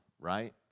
right